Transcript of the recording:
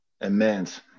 immense